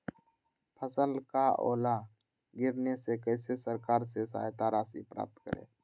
फसल का ओला गिरने से कैसे सरकार से सहायता राशि प्राप्त करें?